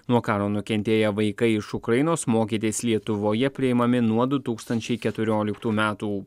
nuo karo nukentėję vaikai iš ukrainos mokytis lietuvoje priimami nuo du tūkstančiai keturioliktų metų